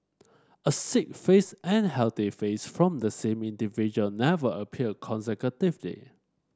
a sick face and healthy face from the same individual never appeared consecutively